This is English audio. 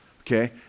okay